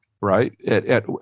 right